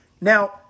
Now